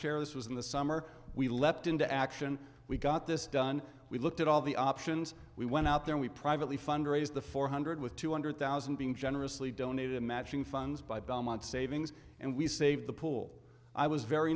this was in the summer we leapt into action we got this done we looked at all the options we went out there we privately fund raise the four hundred with two hundred thousand being generously donated matching funds by belmont savings and we saved the pool i was very